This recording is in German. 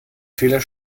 fehler